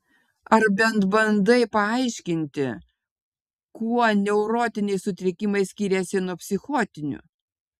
ar bent bandai paaiškinti kuo neurotiniai sutrikimai skiriasi nuo psichotinių